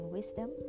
Wisdom